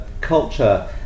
culture